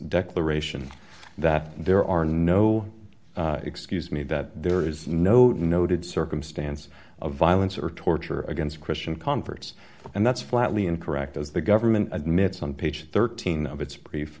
declaration that there are no excuse me that there is no denoted circumstance of violence or torture against christian converts and that's flatly incorrect as the government admits on page thirteen of its brief